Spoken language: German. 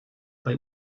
bei